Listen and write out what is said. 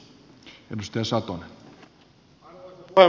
arvoisa puhemies